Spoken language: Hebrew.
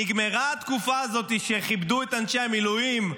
נגמרה התקופה הזאת שכיבדו את אנשי המילואים,